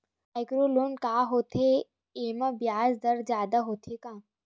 Micro loan का होथे येमा ब्याज दर जादा होथे का?